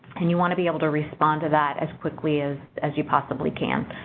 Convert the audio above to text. and you want to be able to respond to that as quickly as as you possibly can.